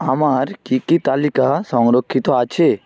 আমার কী কী তালিকা সংরক্ষিত আছে